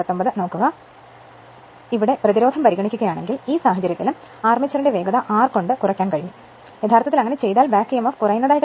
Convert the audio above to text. അതിനാൽ നമ്മൾ പ്രതിരോധം പരിഗണിക്കുകയാണെങ്കിൽ ഈ സാഹചര്യത്തിലും ആർമേച്ചറിന്റെ വേഗത R കൊണ്ട് കുറയ്ക്കാൻ കഴിയും കാരണം യഥാർത്ഥത്തിൽ അങ്ങനെ ചെയ്താൽ ബാക്ക് Emf കുറയുന്നു